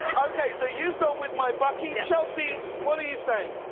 okay, so you've gone with my buckey. chelsea, what are you saying?